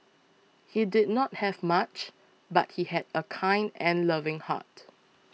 he did not have much but he had a kind and loving heart